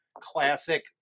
Classic